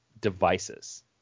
devices